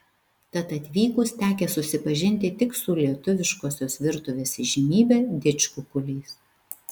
tad atvykus tekę susipažinti tik su lietuviškosios virtuvės įžymybe didžkukuliais